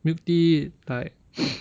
milk tea like